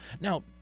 Now